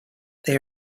they